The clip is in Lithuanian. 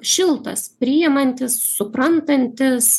šiltas priėmantis suprantantis